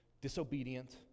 disobedient